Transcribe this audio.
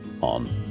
on